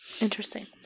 Interesting